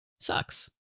sucks